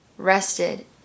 rested